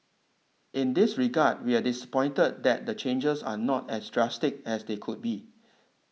in this regard we are disappointed that the changes are not as drastic as they could be